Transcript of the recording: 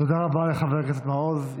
תודה רבה לחבר הכנסת מעוז.